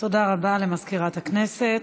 תודה רבה למזכירת הכנסת.